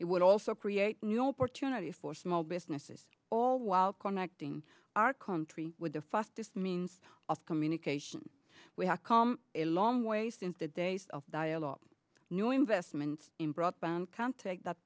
it would also create new opportunities for small businesses all while connecting our country with the fastest means of communication we have come a long way since the days of dialogue new investments in broadband can take that